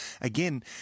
again